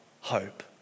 hope